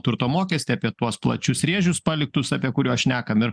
turto mokestį apie tuos plačius rėžius paliktus apie kuriuos šnekam ir